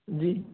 जी